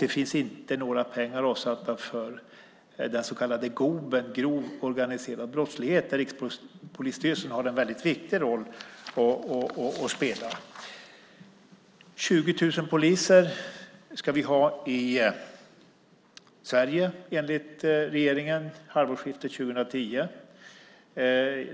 Det finns inte heller några pengar avsatta för den så kallade GOB:en, grov organiserad brottslighet, där Rikspolisstyrelsen har en väldigt viktig roll att spela. Vid halvårsskiftet 2010 ska vi enligt regeringen ha 20 000 poliser i Sverige.